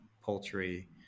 poultry